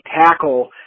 tackle